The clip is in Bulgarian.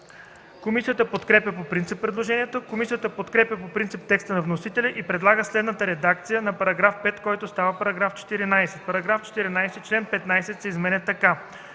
Комисията подкрепя по принцип предложението. Комисията подкрепя по принцип текста на вносителите и предлага следната редакция на § 5, който става § 14: „§ 14. Член 15 се изменя така: